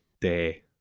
day